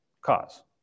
cause